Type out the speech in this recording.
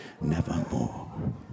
nevermore